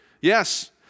Yes